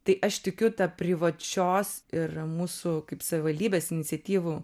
tai aš tikiu ta privačios ir mūsų kaip savivaldybės iniciatyvų